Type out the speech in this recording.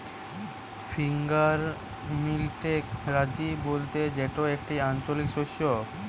finger মিলেটকে রাজি বলতে যেটি একটি আঞ্চলিক শস্য